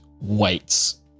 weights